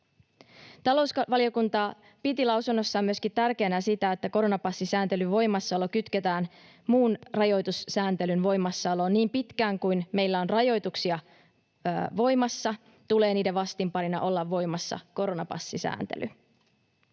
Talousvaliokunta piti lausunnossaan myöskin tärkeänä sitä, että koronapassisääntelyn voimassaolo kytketään muun rajoitussääntelyn voimassaoloon: niin pitkään kuin meillä on rajoituksia voimassa, tulee niiden vastinparina olla voimassa koronapassisääntely.